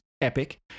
epic